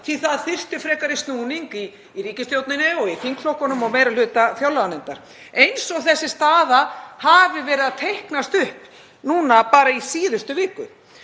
að það þyrfti frekari snúning í ríkisstjórninni og í þingflokkunum og meiri hluta fjárlaganefndar, eins og þessi staða hafi verið að teiknast upp bara núna í síðustu viku.